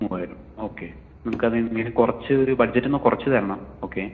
മൂവായിരം ഓക്കെ നമുക്ക് അതിൽ നിന്ന് എന്തെങ്കിലും കുറച്ച് ഒരു ബഡ്ജറ്റിൽ നിന്ന് കുറച്ച് തരണം ഓക്കെ